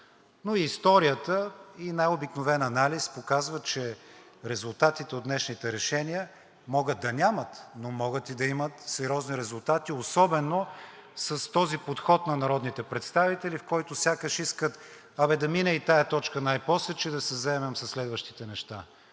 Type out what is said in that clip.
но историята и най-обикновен анализ показват, че резултатите от днешните решения могат да нямат, но могат и да имат сериозни резултати, особено с този подход на народните представители, в който сякаш искат: а бе, да мине и тази точка най-после, че да се заемем със следващите неща.